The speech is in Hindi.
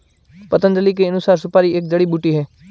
पतंजलि के अनुसार, सुपारी एक जड़ी बूटी है